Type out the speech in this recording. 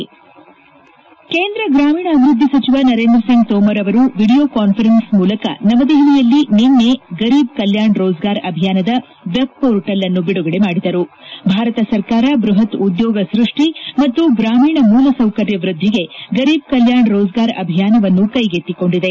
head ಕೇಂದ್ರ ಗ್ರಾಮೀಣಾಭಿವೃದ್ಧಿ ಸಚಿವ ನರೇಂದ್ರ ಸಿಂಗ್ ತೋಮರ್ ಅವರು ವಿಡಿಯೋ ಕಾನ್ಫರೆನ್ಸ್ ಮೂಲಕ ನವದೆಹಲಿಯಲ್ಲಿ ನಿನ್ನೆ ಗರೀಬ್ ಕಲ್ಕಾಣ್ ರೋಜ್ಗಾರ್ ಅಭಿಯಾನದ ವೆಬ್ ಭಾರತ ಸರ್ಕಾರ ಬೃಹತ್ ಉದ್ಯೋಗ ಸೃಷ್ಟಿ ಮತ್ತು ಗ್ರಾಮೀಣ ಮೂಲ ಸೌಕರ್ಯ ವೃದ್ಧಿಗೆ ಗರೀಬ್ ಕಲ್ಕಾಣ್ ರೋಜ್ಗಾರ್ ಅಭಿಯಾನವನ್ನು ಕೈಗೆತ್ತಿಕೊಂಡಿದೆ